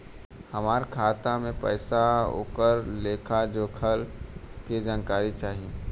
हमार खाता में पैसा ओकर लेखा जोखा के जानकारी चाही?